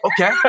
Okay